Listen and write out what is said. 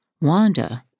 Wanda